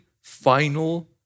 final